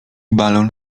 balon